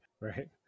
Right